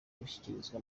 gushyikirizwa